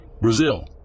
Brazil